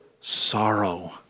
sorrow